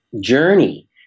journey